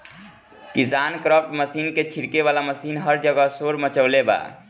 KisanKraft machine क छिड़के वाला मशीन हर जगह शोर मचवले बा